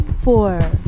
four